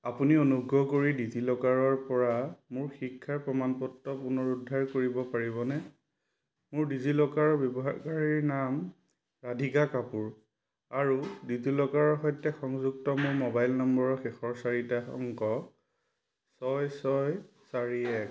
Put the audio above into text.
আপুনি অনুগ্ৰহ কৰি ডিজিলকাৰৰপৰা মোৰ শিক্ষাৰ প্ৰমাণপত্ৰ পুনৰুদ্ধাৰ কৰিব পাৰিবনে মোৰ ডিজিলকাৰ ব্যৱহাৰকাৰী নাম ৰাধিকা কাপোৰ আৰু ডিজিলকাৰৰ সৈতে সংযুক্ত মোৰ মোবাইল নম্বৰৰ শেষৰ চাৰিটা অংক ছয় ছয় চাৰি এক